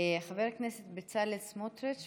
חבר הכנסת בצלאל סמוטריץ',